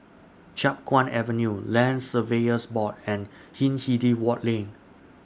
Chiap Guan Avenue Land Surveyors Board and Hindhede Lane